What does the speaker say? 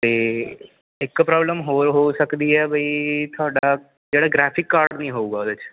ਅਤੇ ਇੱਕ ਪ੍ਰੋਬਲਮ ਹੋਰ ਹੋ ਸਕਦੀ ਹੈ ਬਈ ਤੁਹਾਡਾ ਜਿਹੜਾ ਗ੍ਰੈਫਿਕ ਕਾਰਡ ਨਹੀਂ ਹੋਵੇਗਾ ਉਹਦੇ 'ਚ